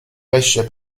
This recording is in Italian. pesce